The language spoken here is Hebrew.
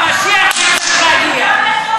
המשיח צריך להגיע.